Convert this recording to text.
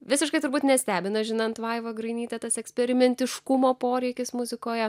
visiškai turbūt nestebina žinant vaivą grainytę tas eksperimentiškumo poreikis muzikoje